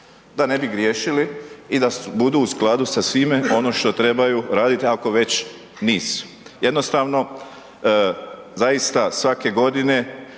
da ne bi griješili i da budu u skladu sa svime ono što trebaju raditi ako već nisu. Jednostavno, zaista svake godine